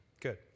Good